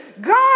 God